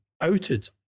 outed